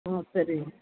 ஆ சரிங்க